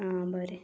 आं बरें